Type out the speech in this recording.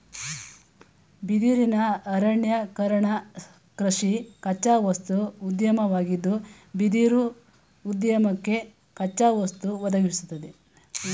ಬಿದಿರಿನ ಅರಣ್ಯೀಕರಣಕೃಷಿ ಕಚ್ಚಾವಸ್ತು ಉದ್ಯಮವಾಗಿದ್ದು ಬಿದಿರುಉದ್ಯಮಕ್ಕೆ ಕಚ್ಚಾವಸ್ತು ಒದಗಿಸ್ತದೆ